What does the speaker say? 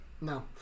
No